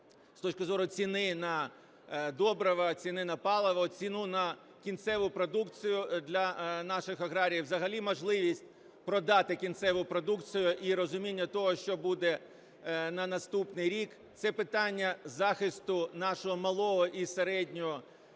з точки зору ціни на добрива, ціни на палива, ціни на кінцеву продукцію для наших аграріїв, взагалі можливість продати кінцеву продукцію і розуміння того, що буде на наступний рік. Це питання захисту нашого малого і середнього